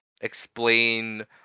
explain